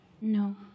No